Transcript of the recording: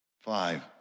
Five